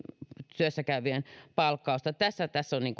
työssä käyvien palkkausta tästä tässä on